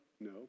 No